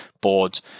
boards